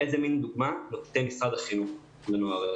איזו מין דוגמה נותן משרד החינוך לנוער?